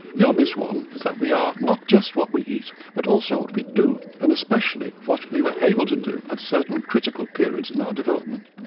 the obvious one is that we are not just what we eat, but also what we do and, especially, what we were able to do at certain critical periods in our development.